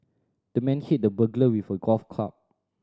the man hit the burglar with a golf club